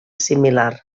similar